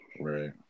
right